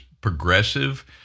progressive